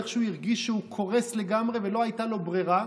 איך הוא הרגיש שהוא קורס לגמרי ולא הייתה לו ברירה,